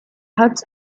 hat